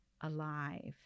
alive